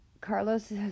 Carlos